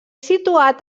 situat